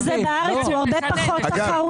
אבל השוק הזה בארץ הוא הרבה פחות תחרותי.